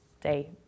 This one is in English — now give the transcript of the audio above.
day